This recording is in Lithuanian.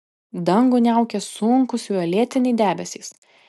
dangų niaukė sunkūs violetiniai debesys